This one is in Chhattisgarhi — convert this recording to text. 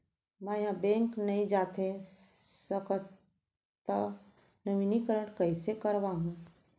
मैं ह बैंक नई जाथे सकंव त नवीनीकरण कइसे करवाहू?